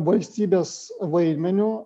valstybės vaidmeniu